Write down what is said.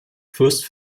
fürst